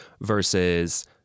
versus